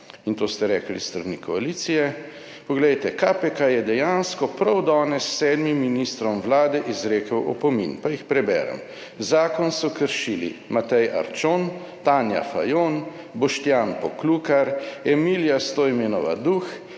in to ste rekli s strani koalicije. Poglejte, KPK je dejansko prav danes sedmim ministrom vlade izrekel opomin, pa jih preberem. Zakon so kršili: Matej Arčon, Tanja Fajon, Boštjan Poklukar, Emilija Stojmenova Duh,